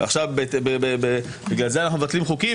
ועכשיו בגלל זה אנחנו מבטלים חוקים,